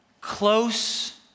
Close